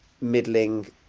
middling